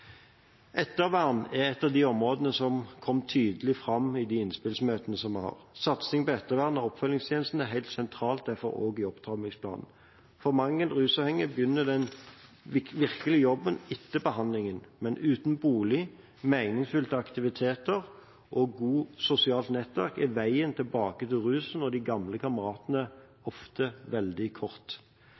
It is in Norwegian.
er et av de områdene som kom tydelig fram i de innspillsmøtene vi har hatt. Satsing på ettervern og oppfølgingstjenesten er derfor helt sentralt også i Opptrappingsplanen. For mange rusavhengige begynner den virkelige jobben etter behandlingen, men uten bolig, meningsfylte aktiviteter og godt sosialt nettverk er veien tilbake til rusen og de gamle kameratene ofte veldig kort.